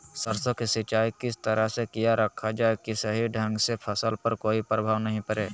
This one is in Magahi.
सरसों के सिंचाई किस तरह से किया रखा जाए कि सही ढंग से फसल पर कोई प्रभाव नहीं पड़े?